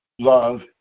Love